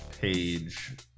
page